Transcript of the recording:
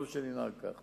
טוב שננהג כך.